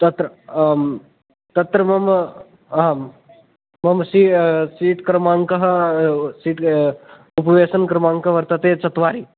तत्र तत्र मम आम् मम सी सीट् क्रमाङ्कः सीट् उपवेसन् क्रमाङ्कः वर्तते चत्वारि